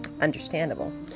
understandable